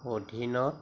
অধীনত